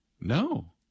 No